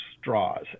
straws